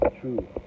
true